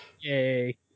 Yay